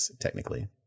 technically